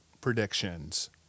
predictions